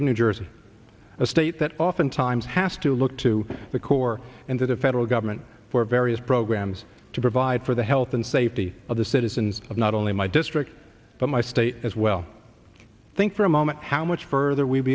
of new jersey a state that oftentimes has to look to the corps and to the federal government for various programs to provide for the health and safety of the citizens of not only my district but my state as well i think for a moment how much further